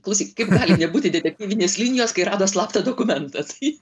klausyk kaip gali nebūti detektyvinės linijos kai rado slaptą dokumentą tai